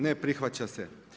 Ne prihvaća se.